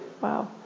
wow